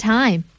time